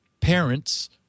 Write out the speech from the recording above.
parents